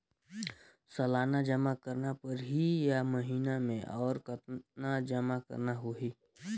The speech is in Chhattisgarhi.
सालाना जमा करना परही या महीना मे और कतना जमा करना होहि?